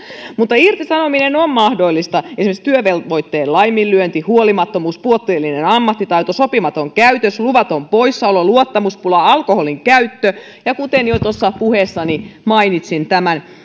mutta irtisanominen on mahdollista kun on esimerkiksi työvelvoitteen laiminlyönti huolimattomuus puutteellinen ammattitaito sopimaton käytös luvaton poissaolo luottamuspula alkoholin käyttö ja kuten jo tuossa puheessani mainitsin